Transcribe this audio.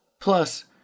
plus